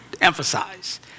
emphasize